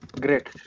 great